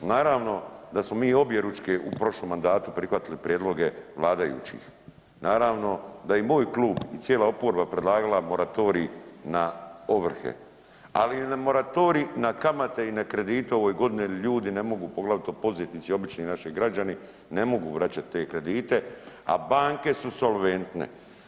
Naravno da smo mi objeručke u prošlom mandatu prihvatili prijedloge vladajućih, naravno da i moj klub cijela oporba predlagala moratorij na ovrhe, ali moratorij na kamate i na kredite u ovoj godini jer ljudi ne mogu poglavito poduzetnici i obični naši građani ne mogu vraćati te kredite, a banke su solventne.